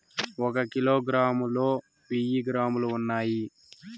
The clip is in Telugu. ఒక కిలోగ్రామ్ లో వెయ్యి గ్రాములు ఉన్నాయి